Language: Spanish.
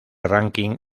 ranking